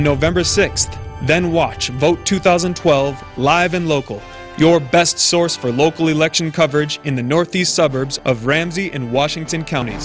november sixth then watch vote two thousand and twelve live in local your best source for local election coverage in the northeast suburbs of ramsey and washington count